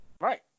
Right